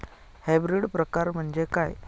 Hybrid प्रकार म्हणजे काय?